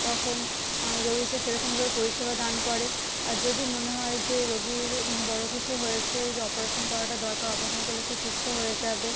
তখন রোগীকে সেরকমভাবে পরিষেবা দান করে আর যদি মনে হয় যে রোগীর বড় কিছু হয়েছে যে অপরেশন করাটা দরকার অপরেশন করলে সে সুস্থ হয়ে যাবে